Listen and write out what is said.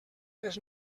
les